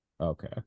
Okay